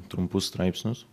trumpus straipsnius